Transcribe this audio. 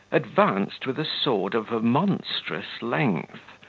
advanced with a sword of a monstrous length,